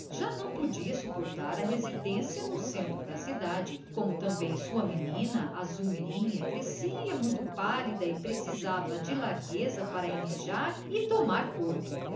já não podia suportar a residência no centro da cidade como também sua menina a zulmirinha crescia muito pálida e precisava de largueza para enrijar e tomar corpo